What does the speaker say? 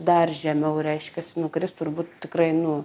dar žemiau reiškiasi nukris turbūt tikrai nu